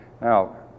Now